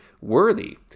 worthy